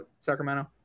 Sacramento